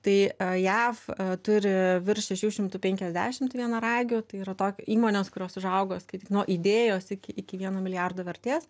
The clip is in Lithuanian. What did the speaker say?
tai jav turi virš šešių šimtų penkiasdešimt vienaragių tai yra toki įmonės kurios užaugo skaityk nuo idėjos iki iki vieno milijardo vertės